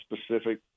specific